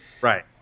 Right